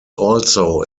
also